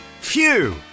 Phew